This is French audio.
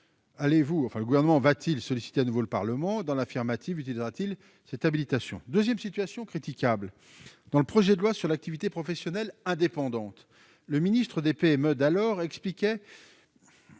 le gouvernement va-t-il solliciter à nouveau le parlement dans l'affirmative, utilisera-t-il cette habilitation 2ème situation critiquable dans le projet de loi sur l'activité professionnelle indépendante, le ministre des PME d'alors, expliquait